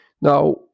Now